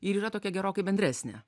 ir yra tokia gerokai bendresnė